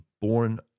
born